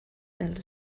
dels